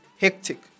hectic